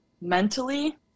mentally